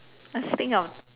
must think of